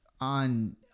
on